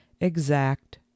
exact